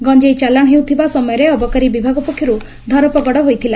ଗଞ୍ଞେଇ ଚାଲାଶ ହେଉଥିବା ସମୟରେ ଅବକାରୀ ବିଭାଗ ପକ୍ଷରୁ ଧରପଗଡ଼ ହୋଇଥିଲା